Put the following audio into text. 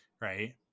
right